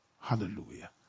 hallelujah